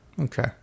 Okay